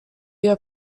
your